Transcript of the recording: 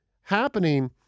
happening